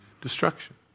destruction